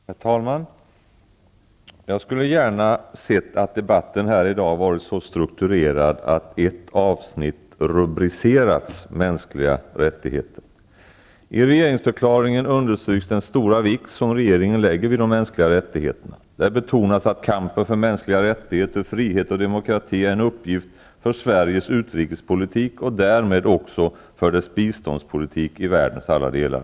Herr talman! Jag skulle gärna ha sett att debatten här i dag hade varit så strukturerad att ett avsnitt hade rubricerats Mänskliga rättigheter. I regeringsförklaringen understryks den stora vikt som regeringen lägger vid de mänskliga rättigheterna. Där betonas att kampen för mänskliga rättigheter, frihet och demokrati är en uppgift för Sveriges utrikespolitik och därmed också för dess biståndspolitik i världens alla delar.